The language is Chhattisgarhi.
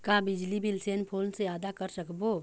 का बिजली बिल सेल फोन से आदा कर सकबो?